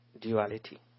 Duality